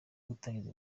gutangiza